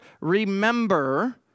remember